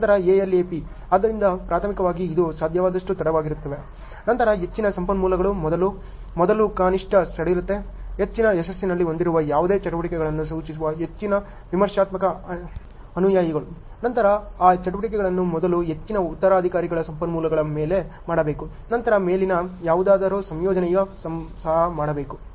ನಂತರ ALAP ಆದ್ದರಿಂದ ಪ್ರಾಥಮಿಕವಾಗಿ ಇದು ಸಾಧ್ಯವಾದಷ್ಟು ತಡವಾಗಿರುತ್ತದೆ ನಂತರ ಹೆಚ್ಚಿನ ಸಂಪನ್ಮೂಲಗಳು ಮೊದಲು ಮೊದಲು ಕನಿಷ್ಠ ಸಡಿಲತೆ ಹೆಚ್ಚಿನ ಯಶಸ್ಸನ್ನು ಹೊಂದಿರುವ ಯಾವುದೇ ಚಟುವಟಿಕೆಗಳನ್ನು ಸೂಚಿಸುವ ಹೆಚ್ಚಿನ ವಿಮರ್ಶಾತ್ಮಕ ಅನುಯಾಯಿಗಳು ನಂತರ ಆ ಚಟುವಟಿಕೆಗಳನ್ನು ಮೊದಲು ಹೆಚ್ಚಿನ ಉತ್ತರಾಧಿಕಾರಿಗಳ ಸಂಪನ್ಮೂಲಗಳ ಮೇಲೆ ಮಾಡಬೇಕು ನಂತರ ಮೇಲಿನ ಯಾವುದಾದರೂ ಸಂಯೋಜನೆಯು ಸಹ ಮಾಡಬಹುದು